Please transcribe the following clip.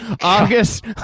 August